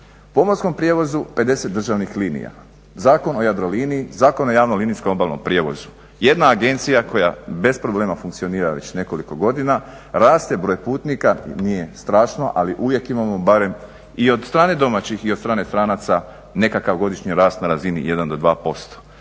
pomorskom prijevozu 50 državnih linija. Zakon o jadroliniji, Zakon o javnom linijskom lokalnom prijevozu. Jedna agencija koja bez problema funkcionira već nekoliko godina, raste broj putnika, nije strašno ali uvijek imamo barem i od strane domaćih i od strane stranaca nekakav godišnji rast na razini 1 do 2%.